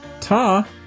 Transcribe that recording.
Ta